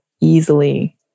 easily